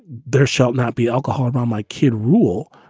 there shall not be alcohol on my kid rule.